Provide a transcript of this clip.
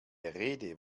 rede